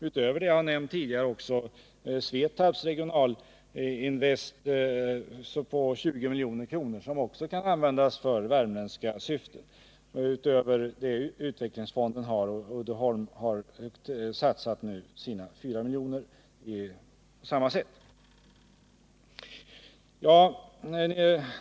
Utöver det jag nämnt tidigare finns Svetabs Regionalinvest på 20 miljoner, som också kan användas för värmländska syften vid sidan av utvecklingsfonden. Uddeholm har satsat sina 4 miljoner på samma sätt.